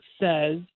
says